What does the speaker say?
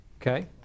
Okay